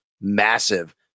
massive